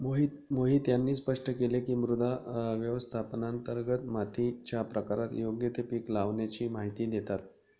मोहित यांनी स्पष्ट केले की, मृदा व्यवस्थापनांतर्गत मातीच्या प्रकारात योग्य ते पीक लावाण्याची माहिती देतात